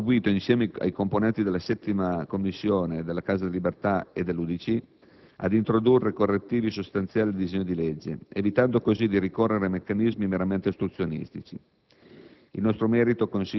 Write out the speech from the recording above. La Lega Nord ha contribuito, insieme ai componenti della 7a Commissione della Casa delle Libertà e dell'UDC, ad introdurre correttivi sostanziali al disegno di legge, evitando così di ricorrere a meccanismi meramente ostruzionisti.